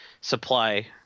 supply